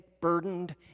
burdened